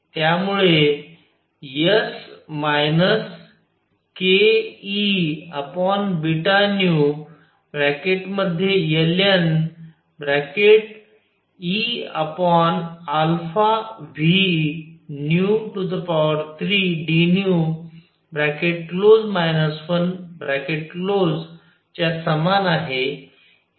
त्यामुळे S kEβνln⁡EV3dν 1 च्या समान आहे